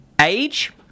age